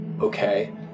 Okay